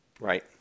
Right